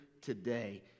today